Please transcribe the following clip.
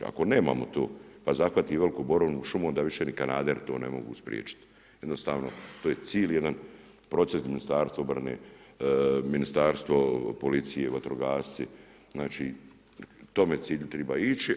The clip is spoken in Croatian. Ako nemamo tu pa zahvati veliku borovu šumu, onda više ni kanaderi to ne mogu spriječiti, jednostavno to je cijeli jedan proces Ministarstvo obrane, Ministarstvo policije, vatrogasci, znači k tome cilju treba ići.